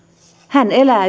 hän elää